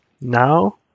now